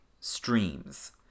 streams